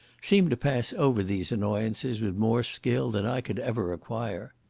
seem to pass over these annoyances with more skill than i could ever acquire.